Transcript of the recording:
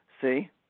See